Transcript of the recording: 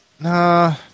Nah